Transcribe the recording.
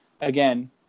again